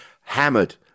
hammered